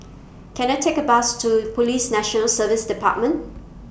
Can I Take A Bus to Police National Service department